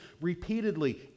repeatedly